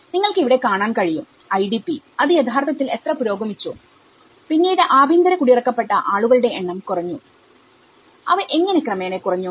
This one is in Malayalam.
നിങ്ങൾക്ക് ഇവിടെ കാണാൻ കഴിയുംIDPഅത് യഥാർത്ഥത്തിൽ എത്ര പുരോഗമിച്ചുപിന്നീട് ആഭ്യന്തര കുടിയിറക്കപ്പെട്ട ആളുകളുടെ എണ്ണം കുറഞ്ഞു അവ എങ്ങനെ ക്രമേണ കുറഞ്ഞു